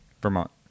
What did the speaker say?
Vermont